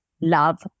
Love